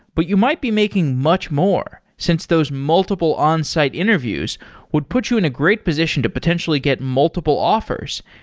but you might be making much more since those multiple on-site interviews would put you in a great position to potentially get multiple offers.